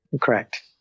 Correct